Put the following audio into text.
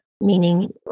Meaning